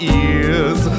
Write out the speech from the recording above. ears